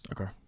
okay